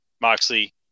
Moxley